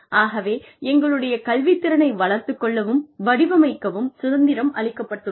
ஆகவே எங்களுடைய கல்வி திறனை வளர்த்துக் கொள்ளவும் வடிவமைக்கவும் சுதந்திரம் அளிக்கப்பட்டுள்ளது